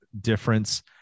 difference